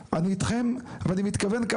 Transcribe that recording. אם ניתן להעסיק ישראלים,